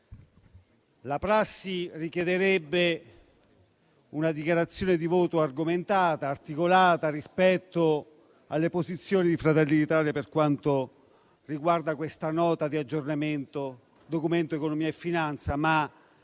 la prassi richiederebbe una dichiarazione di voto argomentata e articolata rispetto alle posizioni del Gruppo Fratelli d'Italia per quanto riguarda questa Nota di aggiornamento del Documento di economia e finanza. Mi